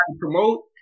promote